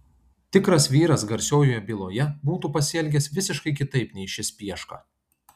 tikras vyras garsiojoje byloje būtų pasielgęs visiškai kitaip nei šis pieška